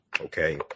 okay